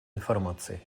информацией